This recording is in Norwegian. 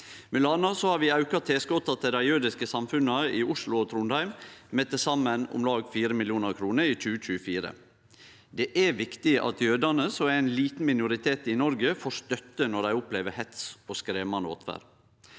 anna har vi auka tilskota til dei jødiske samfunna i Oslo og Trondheim med til saman om lag 4 mill. kr i 2024. Det er viktig at jødane, som er ein liten minoritet i Noreg, får støtte når dei opplever hets og skremmande åtferd.